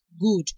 Good